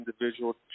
individual